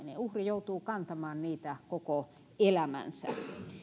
uhri joutuu kantamaan niitä koko elämänsä